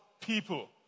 people